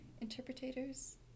Interpreters